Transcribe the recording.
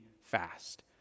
fast